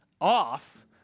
off